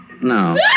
No